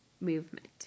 movement